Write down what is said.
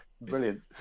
brilliant